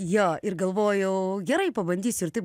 jo ir galvojau gerai pabandysiu ir taip